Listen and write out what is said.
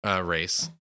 race